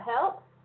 help